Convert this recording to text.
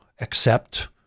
accept